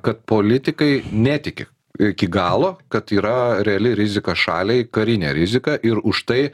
kad politikai netiki iki galo kad yra reali rizika šaliai karinė rizika ir už tai